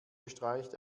bestreicht